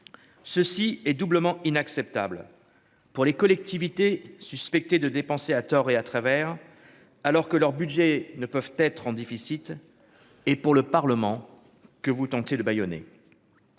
ceci est doublement inacceptable pour les collectivités, suspecté de dépenser à tort et à travers, alors que leur budget ne peuvent être en déficit et pour le Parlement que vous tentez de bâillonner,